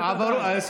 תודה רבה לכם.